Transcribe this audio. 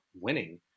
winning